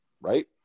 right